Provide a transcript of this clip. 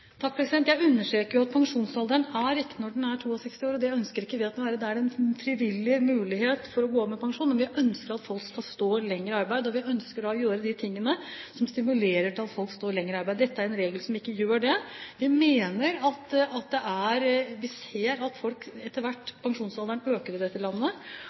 Jeg understreker jo at det er riktig at pensjonsalderen er 62 år, og det ønsker ikke vi at den skal være. Det er en frivillig mulighet for å gå av med pensjon, men vi ønsker at folk skal stå lenger i arbeid, og vi ønsker å gjøre de tingene som stimulerer til at folk skal stå lenger i arbeid. Dette er en regel som ikke gjør det. Vi ser etter hvert at pensjonsalderen øker i dette landet, og vi